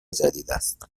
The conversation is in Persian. جدیداست